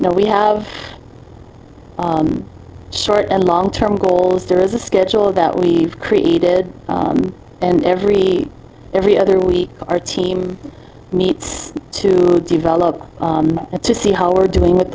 now we have short and long term goals there is a schedule that we've created and every every other week our team mates to develop to see how we're doing with